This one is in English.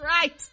Right